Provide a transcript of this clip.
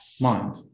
mind